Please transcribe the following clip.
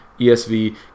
ESV